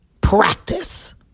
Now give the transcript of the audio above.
practice